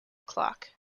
clock